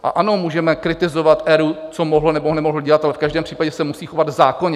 A ano, můžeme kritizovat ERÚ, co mohl nebo nemohl dělat, ale v každém případě se musí chovat zákonně.